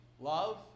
love